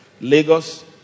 lagos